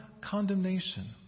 condemnation